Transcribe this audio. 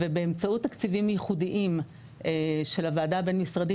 ובאמצעות תקציבים ייחודים של הוועדה הבין משרדית